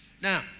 Now